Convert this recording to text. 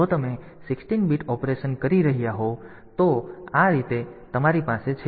તેથી જો તમે 16 બીટ ઓપરેશન કરી રહ્યા હોવ તો આ રીતો તમારી પાસે છે